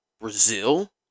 Brazil